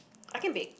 I can bake